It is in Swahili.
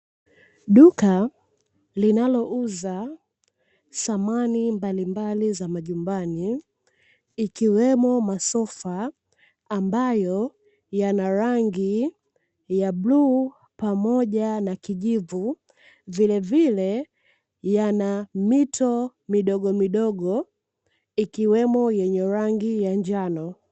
Duka linalouza samani mbalimbali za majumbani ikiwemo masofa, ambayo yana rangi ya Bluu pamoja na Kijivu vile vile yana mito midogo modogo ikiwemo yenye rangi ya Njano.